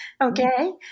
Okay